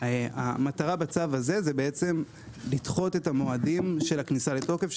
המטרה בצו הזה זה לדחות את המועדים של הכניסה לתוקף,